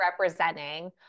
representing